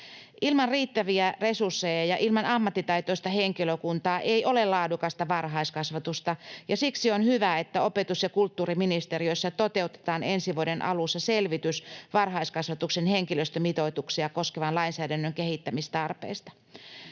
Ilman riittäviä resursseja ja ilman ammattitaitoista henkilökuntaa ei ole laadukasta varhaiskasvatusta, ja siksi on hyvä, että opetus‑ ja kulttuuriministeriössä toteutetaan ensi vuoden alussa selvitys varhaiskasvatuksen henkilöstömitoituksia koskevan lainsäädännön kehittämistarpeista.